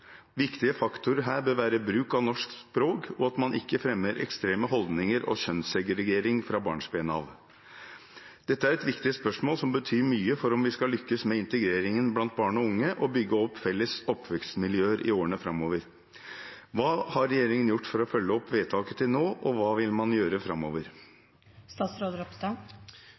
Viktige faktorer her bør være bruk av norsk språk og at man ikke fremmer ekstreme holdninger og kjønnssegregering fra barnsben av.» Dette er et viktig spørsmål som betyr mye for om vi skal lykkes med integreringen blant barn og unge og bygge opp felles oppvekstmiljøer i årene framover. Hva har regjeringen gjort for å følge opp vedtaket til nå, og hva vil man gjøre